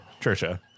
Trisha